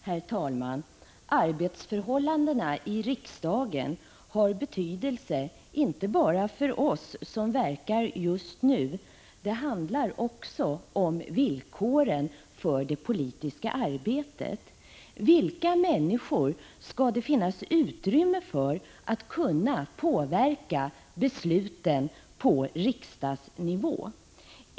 Herr talman! Arbetsförhållandena i riksdagen har betydelse inte bara för oss som verkar just nu; det handlar också om villkoren för det politiska arbetet. Vilka människor skall det finnas utrymme för att kunna påverka besluten på riksdagsnivå?